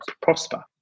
prosper